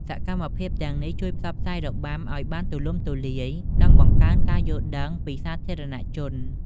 សកម្មភាពទាំងនេះជួយផ្សព្វផ្សាយរបាំឱ្យបានទូលំទូលាយ និងបង្កើនការយល់ដឹងពីសាធារណជន។